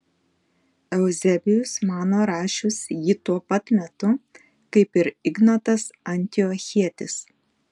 euzebijus mano rašius jį tuo pat metu kaip ir ignotas antiochietis